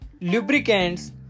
lubricants